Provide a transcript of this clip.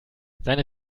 seine